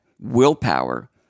willpower